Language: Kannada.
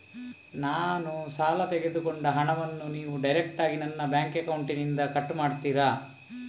ನಾನು ಸಾಲ ತೆಗೆದುಕೊಂಡ ಹಣವನ್ನು ನೀವು ಡೈರೆಕ್ಟಾಗಿ ನನ್ನ ಬ್ಯಾಂಕ್ ಅಕೌಂಟ್ ಇಂದ ಕಟ್ ಮಾಡ್ತೀರಾ?